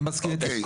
אני מסכים איתך,